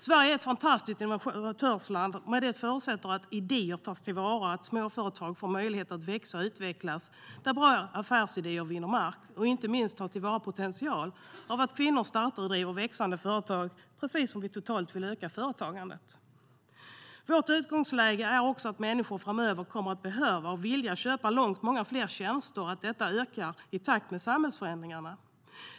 Sverige är ett fantastiskt innovatörsland, men det förutsätter att idéer tas till vara, att småföretag får möjlighet att växa och utvecklas, att bra affärsidéer vinner mark och inte minst att potentialen i att kvinnor startar och driver växande företag tas till vara, precis som vi totalt vill öka företagandet. Vårt utgångsläge är också att människor framöver kommer att behöva och vilja köpa långt många fler tjänster och att detta ökar i takt med samhällsförändringarna.